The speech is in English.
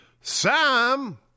Sam